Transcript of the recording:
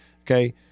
okay